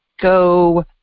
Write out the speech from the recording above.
go